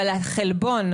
אבל החלבון,